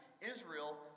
Israel